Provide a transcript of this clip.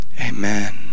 amen